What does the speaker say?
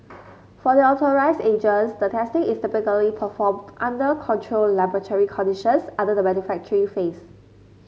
for the authorised agents the testing is typically performed under controlled laboratory conditions under the manufacturing phase